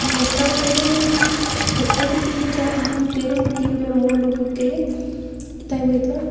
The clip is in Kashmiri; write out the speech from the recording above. اہن حظ تَوٕے وَنیمَو مےٚ اگر تُہۍ مےٚ چَک دِیِو کٔرِتھ دِیِو مےٚ مولوٗمٕے کٔرِتھ یہِ تۄہہِ وٲتِوا